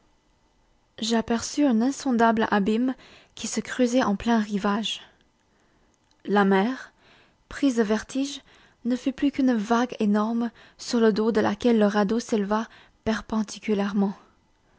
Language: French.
j'aperçus un insondable abîme qui se creusait en plein rivage la mer prise de vertige ne fut plus qu'une vague énorme sur le dos de laquelle le radeau s'éleva perpendiculairement